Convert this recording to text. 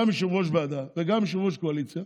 יושב-ראש ועדה וגם יושב-ראש הקואליציה,